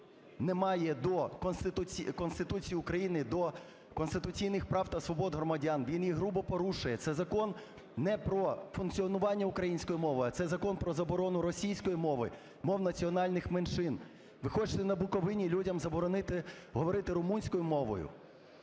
не має до Конституції України, до конституційних прав та свобод громадян, він їх грубо порушує. Це Закон не про функціонування української мови, а це Закон про заборону російської мови, мов національних меншин. Ви хочете на Буковині людям заборони говорити румунською мовою?